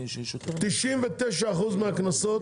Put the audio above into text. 99% מהמקרים,